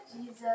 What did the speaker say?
Jesus